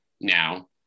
now